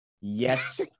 yes